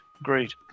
agreed